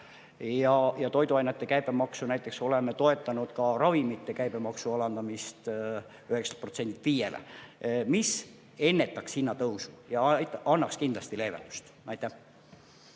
ja toiduainete käibemaksu. Näiteks oleme toetanud ka ravimite käibemaksu alandamist 9%‑lt 5%‑le, mis ennetaks hinnatõusu ja annaks kindlasti leevendust. Marika